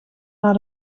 naar